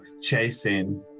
chasing